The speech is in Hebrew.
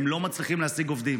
הם לא מצליחים להשיג עובדים.